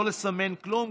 לא לסמן כלום.